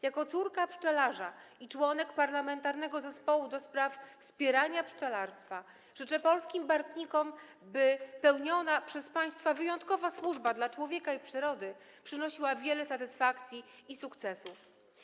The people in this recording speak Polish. Jako córka pszczelarza i członek Parlamentarnego Zespołu ds. wspierania pszczelarstwa życzę polskim bartnikom, by pełniona przez państwa wyjątkowa służba dla człowieka i przyrody przynosiła wiele satysfakcji i sukcesów.